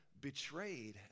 betrayed